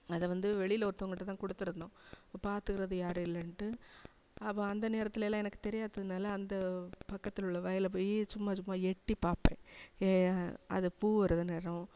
அதை வந்து வெளியில் ஒருத்தவங்கள்கிட்டதான் கொடுத்துருந்தோம் பார்த்துக்கறது யார் இல்லைன்ட்டு அப்போ அந்த நேரத்தில் எல்லாம் எனக்கு தெரியாததுனால அந்த பக்கத்தில் உள்ள வயலை போய் சும்மா சும்மா எட்டி பார்ப்பேன் ஏன் அதை பூவரத நிறம்